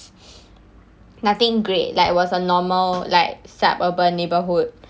nothing great like it was a normal like suburban neighbourhood